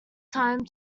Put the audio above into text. time